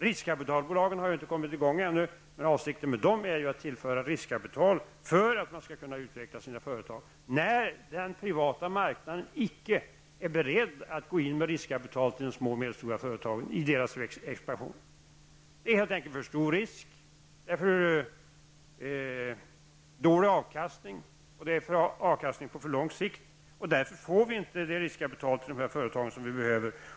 Riskkapitalbolagen har ju ännu inte kommit i gång, men avsikten med dem är naturligtvis att tillföra de små och medelstora företagen riskkapital för att de skall kunna utveckla sina företag när den privata marknaden icke är beredd att gå in med riskkapital för deras expansion; det är helt enkelt för stor risk, för dålig avkastning och avkastning på för lång sikt. Därför får de företagen inte det riskkapital som de behöver.